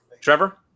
Trevor